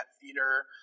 theater